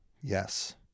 Yes